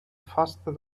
faster